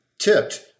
tipped